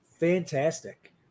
Fantastic